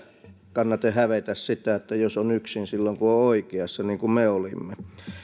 kannata hävetä sitä jos on yksin silloin kun on oikeassa niin kuin me olimme